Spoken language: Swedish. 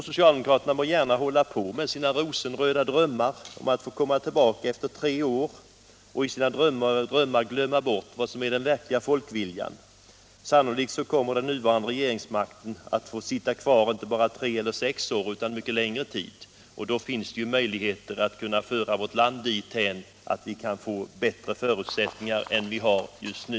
Socialdemokraterna må gärna fortsätta med sina rosenröda drömmar om att få komma tillbaka efter tre år och i sina drömmar glömma bort vad som är den verkliga folkviljan. Sannolikt kommer de nuvarande regeringspartierna att sitta kvar inte bara under tre eller sex år utan mycket längre tid, och då finns det möjligheter att föra vårt land dithän att vi kan få bättre förutsättningar än vi har just nu.